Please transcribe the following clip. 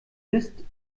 mist